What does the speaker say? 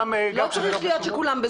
לא כולם צריכים להיות ב-זום.